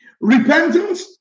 Repentance